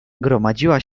gromadziła